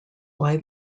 why